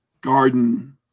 garden